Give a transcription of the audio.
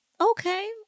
okay